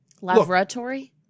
Laboratory